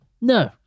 no